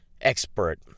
expert